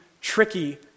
tricky